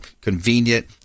convenient